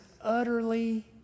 utterly